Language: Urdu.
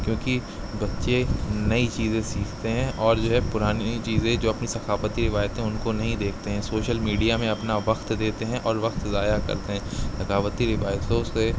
کیوںکہ بچے نئی چیزیں سیکھتے ہیں اور جو ہے پرانی چیزیں جو اپنی ثقافتی روایتوں ہیں ان کو نہیں دیکھتے ہیں سوشل میڈیا میں اپنا وقت دیتے ہیں اور وقت ضائع کرتے ہیں ثقافتی روایتوں سے